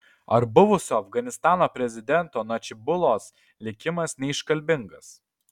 ar buvusio afganistano prezidento nadžibulos likimas neiškalbingas